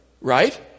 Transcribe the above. right